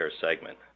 segment